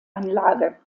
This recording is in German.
anlage